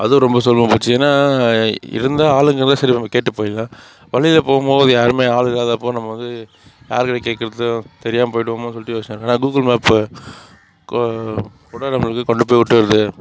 அதுவும் ரொம்ப சுலபமாக போச்சு ஏன்னா இருந்தால் ஆளுங்க இருந்தால் சரி நம்ம கேட்டு போயிடலாம் வழியில் போகும் போது யாரும் ஆள் இல்லாதப்போ நம்ம வந்து யாருக்கிட்ட கேட்குறது தெரியாமல் போயிடுவோமோன்னு சொல்லிட்டு யோசிப்போம் கூகுள் மேப்பு போட்டால் நம்மள அங்கே கொண்டு போய் விட்டுருது